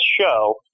show